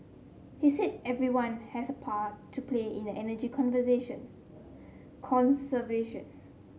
he said everyone has a part to play in an energy conversation conservation